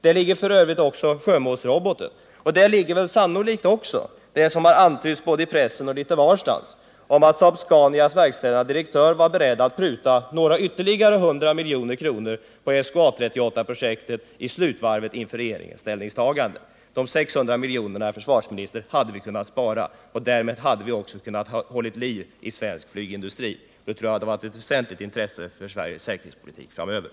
Där ligger f. ö. också sjömålsroboten, sannolikt också det som har antytts i både pressen och litet varstans, nämligen att Saab-Scanias verkställande direktör i slutvarvet var beredd att pruta ytterligare några hundra miljoner kronor på SK 38/A 38 inför regeringens ställningstagande. De 600 miljonerna hade vi kunnat spara. Därmed hade vi också kunnat hålla liv i svensk flygindustri. Det tror jag hade varit av väsentligt intresse för Sveriges säkerhetspolitik framöver.